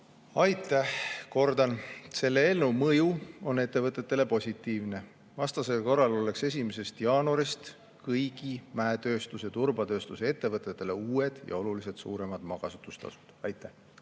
Aitäh! Kordan: selle eelnõu mõju on ettevõtetele positiivne. Vastasel korral oleks 1. jaanuarist kõigil mäetööstus‑ ja turbatööstusettevõtetel uued ja oluliselt suuremad maakasutustasud. Aitäh!